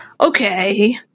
okay